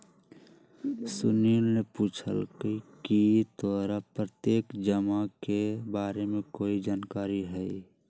सुनील ने पूछकई की तोरा प्रत्यक्ष जमा के बारे में कोई जानकारी हई